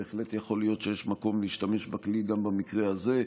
בהחלט יכול להיות שיש מקום להשתמש בכלי גם במקרה הזה,